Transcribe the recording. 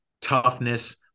toughness